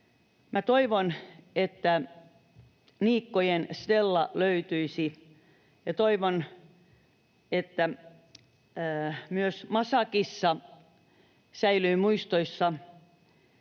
toivon, että Niikkojen Stella löytyisi, ja toivon, että myös Masa-kissa säilyy muistoissa.